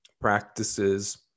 practices